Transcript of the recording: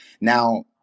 Now